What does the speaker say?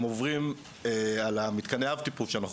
הם עוברים על מתקני האב-טיפוס שאנחנו